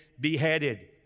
beheaded